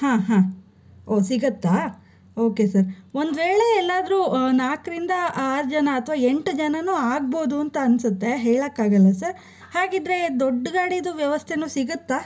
ಹಾಂ ಹಾಂ ಓ ಸಿಗತ್ತಾ ಓಕೆ ಸರ್ ಒಂದ್ವೇಳೆ ಎಲ್ಲಾದರೂ ನಾಲ್ಕರಿಂದ ಆರು ಜನ ಅಥವಾ ಎಂಟು ಜನಾನೂ ಆಗ್ಭೌದು ಅಂತ ಅನಿಸುತ್ತೆ ಹೇಳಕ್ಕಾಗಲ್ಲ ಸರ್ ಹಾಗಿದ್ದರೆ ದೊಡ್ಡ ಗಾಡಿದು ವ್ಯವಸ್ಥೆಯೂ ಸಿಗತ್ತಾ